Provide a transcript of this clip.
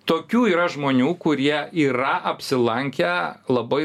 tokių yra žmonių kurie yra apsilankę labai